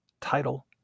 title